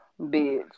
bitch